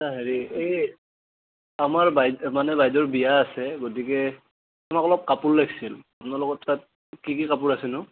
হেৰি এই আমাৰ বাইদেউ মানে বাইদেউৰ বিয়া আছে গতিকে আমাক অলপ কাপোৰ লাগিছিল আপোনালোকৰ তাত কি কি কাপোৰ আছেনো